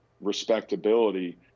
respectability